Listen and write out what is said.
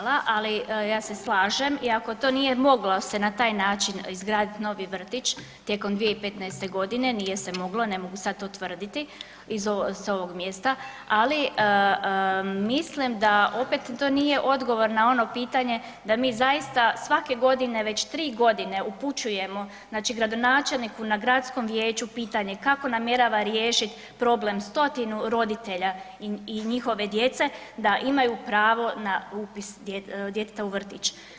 Hvala, ali ja se slažem i ako to nije moglo se na taj način izgraditi novi vrtić tijekom 2015. godine, nije se moglo ne mogu sad to tvrditi s ovog mjesta, ali mislim da opet to nije odgovor na ono pitanje da mi zaista svake godine već 3 godine upućujemo znači gradonačelniku na gradskom vijeću pitanje kako namjerava riješiti problem 100-tinu roditelja i njihove djece da imaju pravo na upis djeteta u vrtić.